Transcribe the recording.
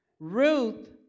Ruth